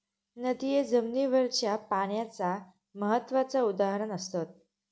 नदिये जमिनीवरच्या पाण्याचा महत्त्वाचा उदाहरण असत